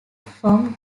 from